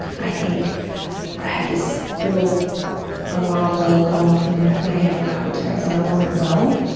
i think i had this little alarm bell going off in the back of my head for a couple of days and i wasn't well.